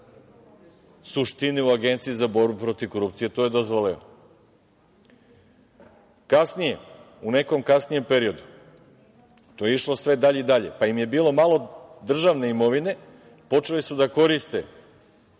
suštine u Agenciji za borbu protiv korupcije to je dozvolila. Kasnije u nekom kasnijem periodu, to je išlo sve dalje i dalje, pa im je bilo malo državne imovine, počeli su da koriste